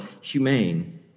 humane